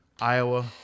Iowa